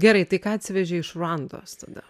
gerai tai ką atsivežei iš ruandos tada